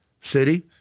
City